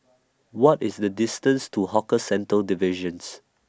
What IS The distance to Hawker Centres Division